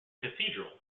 cathedral